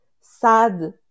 sad